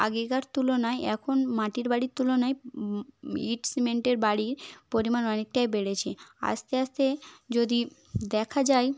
আগেকার তুলনায় এখন মাটির বাড়ির তুলনায় ইট সিমেন্টের বাড়ি পরিমাণ অনেকটাই বেড়েছে আস্তে আস্তে যদি দেখা যায়